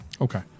Okay